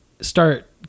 start